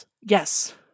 Yes